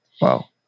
Wow